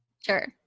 Sure